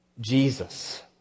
Jesus